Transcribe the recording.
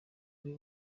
ari